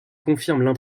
confirment